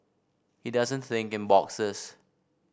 he doesn't think in boxes